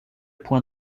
point